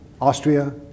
Austria